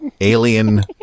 Alien